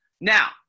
Now